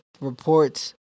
reports